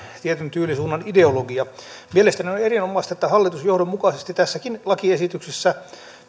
tietyn tyylisuunnan ideologia mielestäni on erinomaista että hallitus johdonmukaisesti tässäkin lakiesityksessä